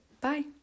Bye